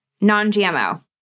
non-gmo